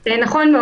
נכון.